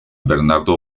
bernardo